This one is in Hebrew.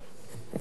כבוד השר ישיב.